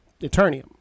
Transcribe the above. Eternium